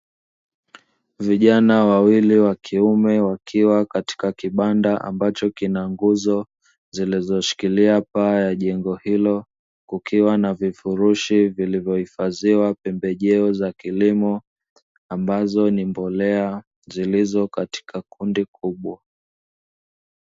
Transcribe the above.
Vijana wawili wa kiume, wakiwa katika kibanda ambacho kina nguzo zilizoshikilia paa la jengo hilo, kukiwa na vifurushi vilivyohifadhiwa pembejeo za kilimo, ambazo ni mbolea zilizo katika kundi kubwa.